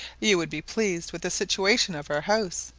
you would be pleased with the situation of our house.